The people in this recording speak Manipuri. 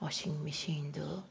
ꯋꯥꯁꯤꯡ ꯃꯦꯆꯤꯟꯗꯣ